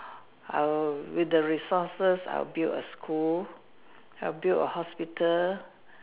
I'll with the resources I'll build a school I'll build a hospital